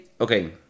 okay